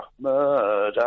Murder